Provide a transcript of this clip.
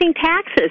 taxes